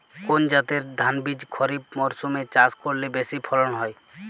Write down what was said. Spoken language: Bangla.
কোন জাতের ধানবীজ খরিপ মরসুম এ চাষ করলে বেশি ফলন হয়?